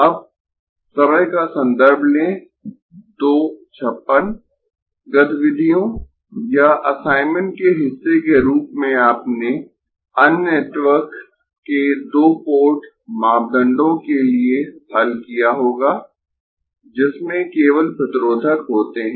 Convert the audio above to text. अब समय का सन्दर्भ लें 0256 गतिविधियों या असाइनमेंट के हिस्से के रूप में आपने अन्य नेटवर्क के दो पोर्ट मापदंडों के लिए हल किया होगा जिसमें केवल प्रतिरोधक होते है